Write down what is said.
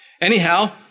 Anyhow